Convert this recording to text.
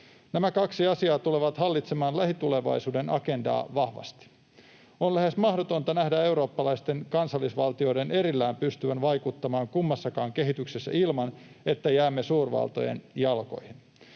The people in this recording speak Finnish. Nämä kaksi asiaa tulevat hallitsemaan lähitulevaisuuden agendaa vahvasti. On lähes mahdotonta nähdä eurooppalaisten kansallisvaltioiden pystyvän vaikuttamaan erillään kummassakaan kehityksessä ilman, että jäämme suurvaltojen jalkoihin.